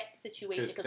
situation